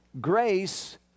Grace